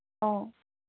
অঁ